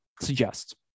suggest